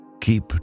Keep